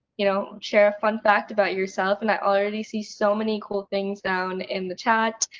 you know share a fun fact about yourself. and i already see so many cool things down in the chat.